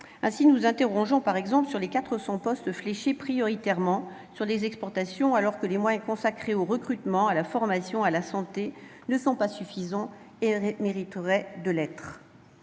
nous nous interrogeons sur les 400 postes fléchés prioritairement sur les exportations, alors que les moyens consacrés au recrutement, à la formation, à la santé, ne sont pas suffisants et mériteraient d'être